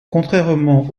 contrairement